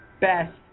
best